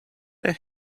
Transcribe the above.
they